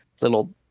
little